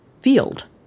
field